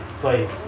place